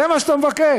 זה מה שאתה מבקש.